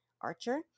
archer